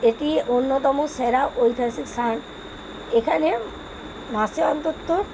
এটি অন্যতম সেরা ঐতিহাসিক স্থান এখানে মাসে অন্তত